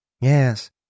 Yes